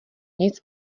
nic